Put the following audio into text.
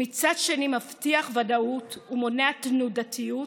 מצד שני הוא מונע תנודתיות